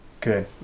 Good